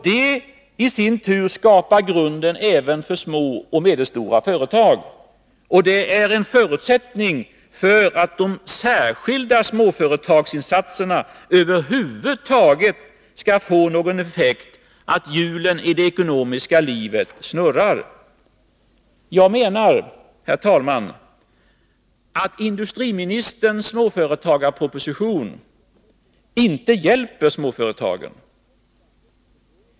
Det i sin tur skapar grunden även för de små och medelstora företagens utveckling och är en förutsättning för att de särskilda småföretagsinsatserna över huvud taget skall få någon effekt — att hjulen i det ekonomiska livet börjar snurra. Jag menar, herr talman, att industriministerns småföretagarproposition inte hjälper småföretagen.